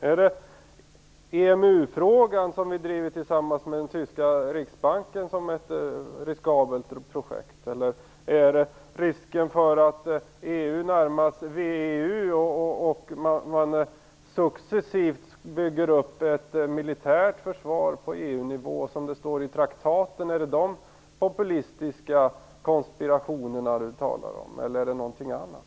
Är det EMU-frågan, som vi driver tillsammans med den tyska riksbanken, som är ett riskabelt projekt, eller är det risken för att EU närmas VEU och för att man successivt bygger upp ett militärt försvar på EU-nivå, som det står i traktaten? Är det dessa populistiska konspirationer Catarina Rönnung talar om, eller är det något annat?